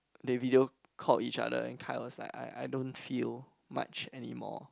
they video called each other and Kai was like I I don't feel much anymore